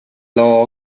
law